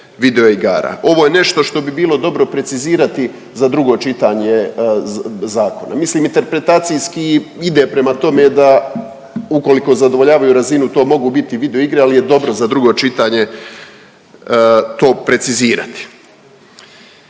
Ovo je nešto što bi bilo dobro precizirati za drugo čitanje zakona, mislim interpretacijski ide prema tome da ukoliko zadovoljavaju razinu to mogu biti videoigre, ali je dobro za drugo čitanje to precizirati.